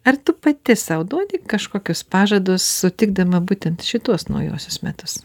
ar tu pati sau duodi kažkokius pažadus sutikdama būtent šituos naujuosius metus